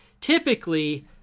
Typically